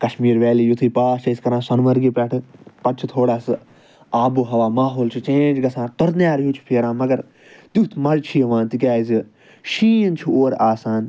کَشمیٖر وٮ۪لی یِتھُے پاس چھِ أسۍ کران سونمرگہِ پٮ۪ٹھٕ پَتہٕ چھُ تھوڑا سُہ آبو ہَوا ماحول چھُ چٮ۪نج گژھان تٔرنِیار ہیوٗ چھُ پھٮ۪ران مَگر تیُتھ مَزٕ چھُ یِوان تِکیازِ شیٖن چھُ اور آسان